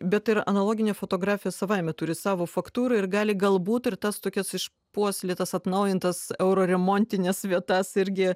bet ir analoginė fotografija savaime turi savo faktūrą ir gali galbūt ir tas tokias išpuoselėtas atnaujintas euroremontines vietas irgi